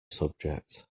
subject